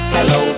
Hello